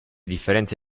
differenza